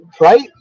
right